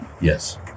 yes